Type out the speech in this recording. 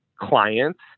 Clients